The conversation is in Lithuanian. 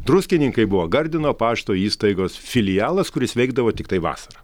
druskininkai buvo gardino pašto įstaigos filialas kuris veikdavo tiktai vasarą